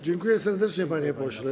Dziękuję serdecznie, panie pośle.